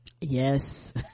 yes